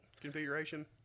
configuration